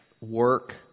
work